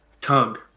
tug